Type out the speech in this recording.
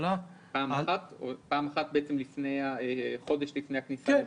פעם אחת, חודש לפני הכניסה לתוקף?